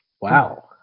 wow